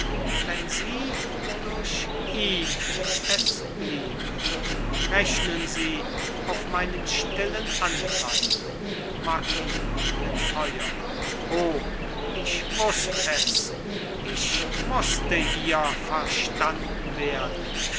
wenn sie durch ihn es bliebe rechnen sie auf meinen stillen anteil marquis mit feuer o ich wußt es ich mußte hier verstanden werden